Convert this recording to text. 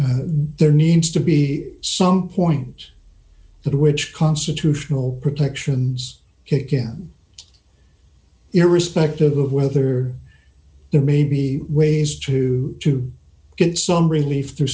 there needs to be some point that which constitutional protections hit again irrespective of whether there may be ways to to get some relief th